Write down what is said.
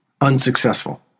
unsuccessful